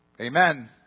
Amen